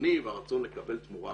השלטוני והרצון לקבל תמורה.